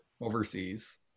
overseas